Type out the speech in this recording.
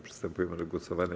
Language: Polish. Przystępujemy do głosowania.